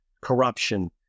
corruption